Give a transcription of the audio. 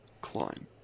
climb